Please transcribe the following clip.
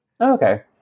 Okay